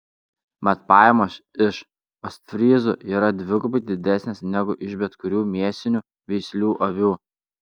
mat pajamos iš ostfryzų yra dvigubai didesnės negu iš bet kurių mėsinių veislių avių